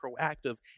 proactive